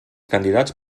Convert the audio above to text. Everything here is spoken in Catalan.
candidats